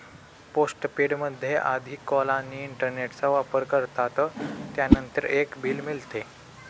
postpaid मध्ये आधी call आणि इंटरनेटचा वापर करतात, त्यानंतर एक बिल मिळते